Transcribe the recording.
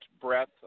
breath